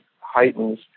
heightens